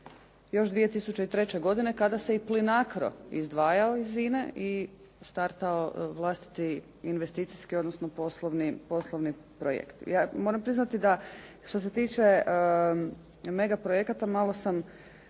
još 2003. godine kada se Plinacro izdvajao iz INE i startao vlastiti investicijski odnosno poslovni projekt. Moram priznati da što se tiče mega projekata, možda sam